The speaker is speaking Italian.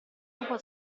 lupo